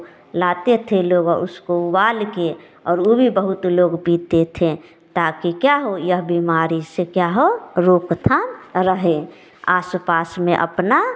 लाते थे लोग उसको उबाल कर और वह भी बहुत लोग पीते थे ताकि क्या हो यह बीमारी से क्या हो रोक थाम रहें आस पास में अपना